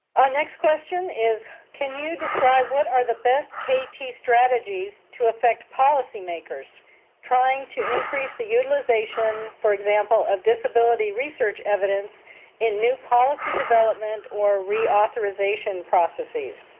our next question is, can you describe what are the best kt strategies to effect policymakers trying to increase the utilization, for example, of disability research evidence in new policy development or reauthorization processes?